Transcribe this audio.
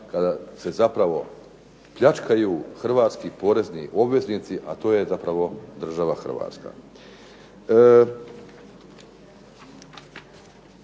kada se zapravo pljačkaju hrvatski porezni obveznici, a to je zapravo država Hrvatska.